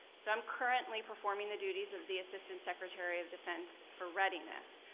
so i'm currently performing the duties of the assistant secretary of defense for readiness.